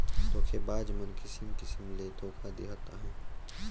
धोखेबाज मन किसिम किसिम ले धोखा देहत अहें